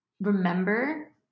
remember